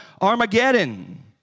Armageddon